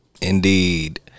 Indeed